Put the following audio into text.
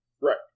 Right